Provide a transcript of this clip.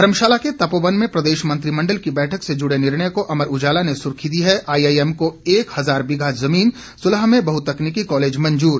धर्मशाला के तपोवन में प्रदेश मंत्रिमंडल की बैठक से जुड़े निर्णय को अमर उजाला ने सुर्खी दी है आईआईएम को एक हजार बीघा जमीन सुलह में बहुतकनीकी कॉलेज मंजूर